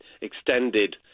extended